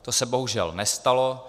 To se bohužel nestalo.